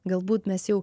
galbūt mes jau